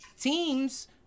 teams